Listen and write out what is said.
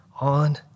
on